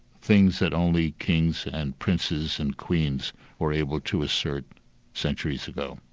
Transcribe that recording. things that only kings and princes and queens were able to assert centuries ago.